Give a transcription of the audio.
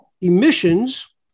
emissions